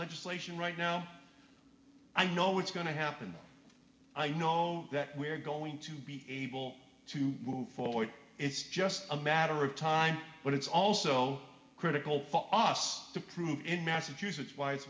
legislation right now i know it's going to happen i know that we're going to be able to move forward it's just a matter of time but it's also critical for us to prove in massachusetts w